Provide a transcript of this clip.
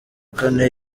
kane